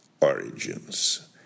origins